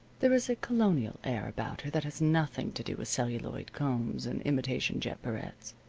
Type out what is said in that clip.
there is a colonial air about her that has nothing to do with celluloid combs and imitation jet barrettes.